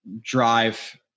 drive